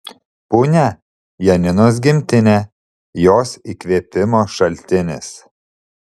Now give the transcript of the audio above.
punia janinos gimtinė jos įkvėpimo šaltinis